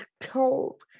told